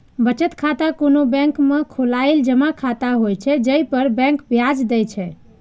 बचत खाता कोनो बैंक में खोलाएल जमा खाता होइ छै, जइ पर बैंक ब्याज दै छै